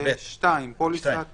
(2)פוליסת